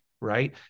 right